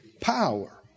power